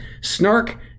snark